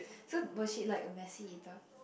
so was she like a messy eater